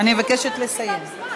אני מבקשת לסיים.